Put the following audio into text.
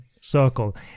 circle